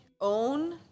own